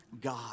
God